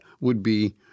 would-be